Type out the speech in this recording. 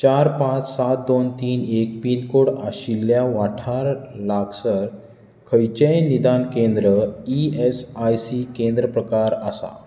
चार पांच सात दोन तीन एक पिनकोड आशिल्ल्या वाठार लागसर खंयचेंय निदान केंद्र ई एस आय सी केंद्र प्रकार आसा